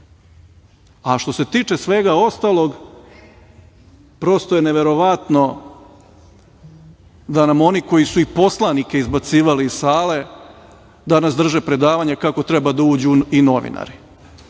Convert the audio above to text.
se tiče svega ostalog prosto je neverovatno da nam oni koji su i poslanike izbacivali iz sale danas drže predavanje kako treba da uđu i novinari